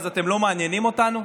אז אתם לא מעניינים אותנו.